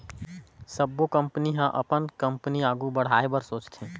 सबो कंपनी ह अपन कंपनी आघु बढ़ाए बर सोचथे